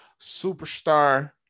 superstar